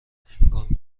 هنگامی